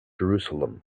jerusalem